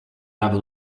never